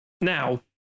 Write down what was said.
Now